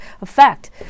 effect